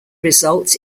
result